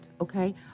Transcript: Okay